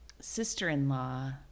sister-in-law